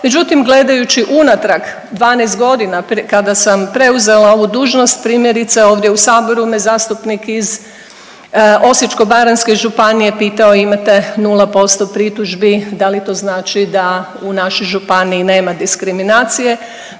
Međutim, gledajući unatrag 12 godina kada sam preuzela ovu dužnost primjerice ovdje saboru me zastupnik iz Osječko-baranjske županije pitao imate 0% pritužbi da li to znači da u našoj županiji nema diskriminacije.